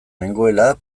nengoela